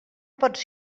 pots